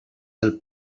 del